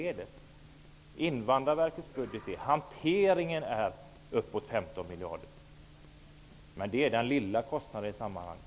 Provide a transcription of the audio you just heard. Hanteringen av Invandrarverkets budget omfattar uppåt 15 miljarder, men det är den lilla kostnaden i sammanhanget.